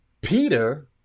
Peter